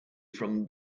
from